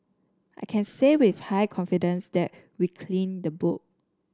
I can say with high confidence that we cleaned the book